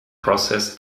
process